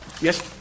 Yes